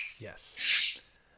Yes